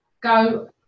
go